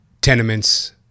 tenements